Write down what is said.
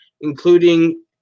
including